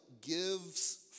gives